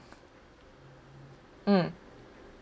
mm